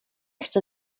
chcę